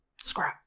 Scrap